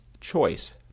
choice